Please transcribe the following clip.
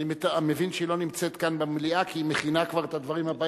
אני מבין שהיא לא נמצאת כאן במליאה כי היא מכינה כבר את הדברים הבאים.